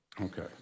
Okay